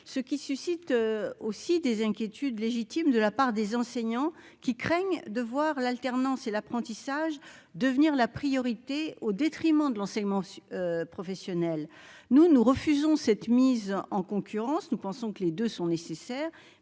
ce qui suscite aussi des inquiétudes légitimes de la part des enseignants qui craignent de voir l'alternance et l'apprentissage de venir la priorité au détriment de l'enseignement professionnel, nous nous refusons cette mise en concurrence, nous pensons que les deux sont nécessaires,